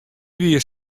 wie